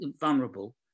vulnerable